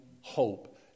hope